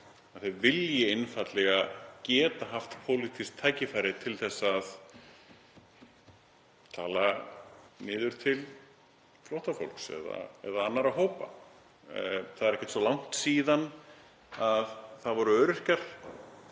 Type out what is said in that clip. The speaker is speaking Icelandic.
að þeir vilji einfaldlega geta haft pólitískt tækifæri til að tala niður til flóttafólks eða annarra hópa. Það er ekkert svo langt síðan að það voru öryrkjar